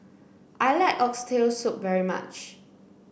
I like Oxtail Soup very much